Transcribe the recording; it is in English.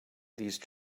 these